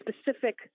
specific